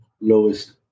lowest